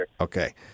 Okay